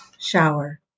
shower